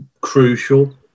crucial